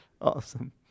Awesome